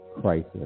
crisis